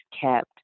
kept